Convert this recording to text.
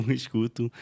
escuto